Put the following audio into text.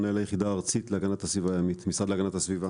אני מנהל היחידה הארצית להגנת הסביבה הימית במשרד להגנת הסביבה.